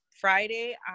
Friday